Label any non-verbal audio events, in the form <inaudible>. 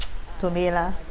<noise> to me lah